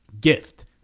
gift